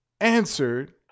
answered